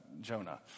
Jonah